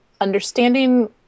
understanding